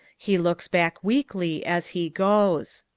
he looks back weakly as he goes.